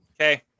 Okay